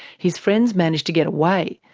his friends managed to get away.